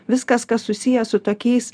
viskas kas susiję su tokiais